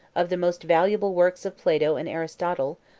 of the most valuable works of plato and aristotle,